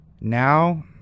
now